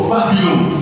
Babylon